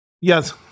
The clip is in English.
Yes